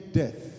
death